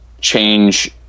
change